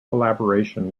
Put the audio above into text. collaboration